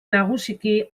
nagusiki